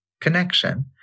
connection